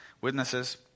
Witnesses